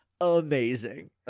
amazing